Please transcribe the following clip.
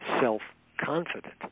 self-confident